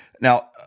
Now